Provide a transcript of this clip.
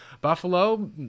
Buffalo